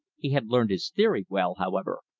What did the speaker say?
he had learned his theory well, however,